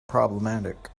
problematic